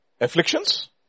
afflictions